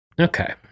Okay